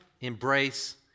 embrace